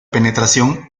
penetración